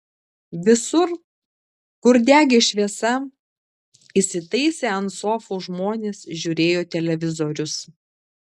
visur kur degė šviesa įsitaisę ant sofų žmonės žiūrėjo televizorius